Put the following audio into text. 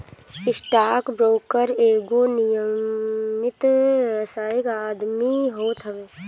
stock broker एगो विनियमित व्यावसायिक आदमी होत हवे